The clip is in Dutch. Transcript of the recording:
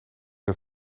het